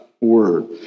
word